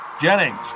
Jennings